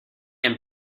and